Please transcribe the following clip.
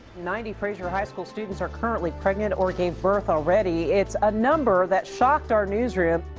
ninety frayser high school students are currently pregnant or gave birth already. its a number that shocked our newsroom.